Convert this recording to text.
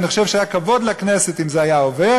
אני חושב שהיה כבוד לכנסת אם זה היה עובר,